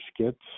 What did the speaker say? skits